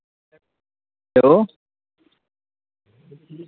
hello